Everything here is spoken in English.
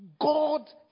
God